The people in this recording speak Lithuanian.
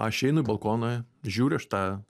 aš einu į balkoną žiūriu aš į tą